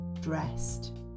dressed